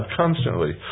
constantly